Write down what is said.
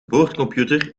boordcomputer